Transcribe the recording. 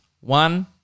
One